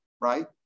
right